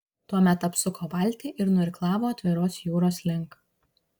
tuomet apsuko valtį ir nuirklavo atviros jūros link